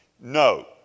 No